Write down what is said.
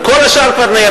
בקדנציה הזאת,